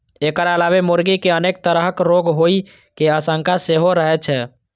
एकर अलावे मुर्गी कें अनेक तरहक रोग होइ के आशंका सेहो रहै छै